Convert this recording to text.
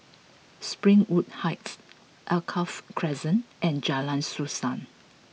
Springwood Heights Alkaff Crescent and Jalan Suasa